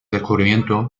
descubrimiento